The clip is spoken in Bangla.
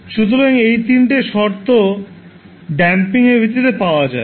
সুতরাং এই 3 টে শর্ত ড্যাম্পিং এর ভিত্তিতে পাওয়া যায়